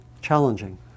Challenging